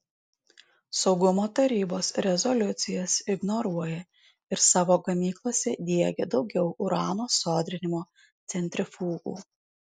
saugumo tarybos rezoliucijas ignoruoja ir savo gamyklose diegia daugiau urano sodrinimo centrifugų